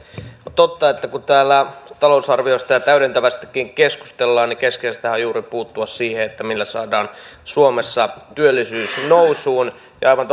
totta että kun täällä talousarviosta ja täydentävästäkin keskustellaan niin keskeistähän on juuri puuttua siihen että millä saadaan suomessa työllisyys nousuun on aivan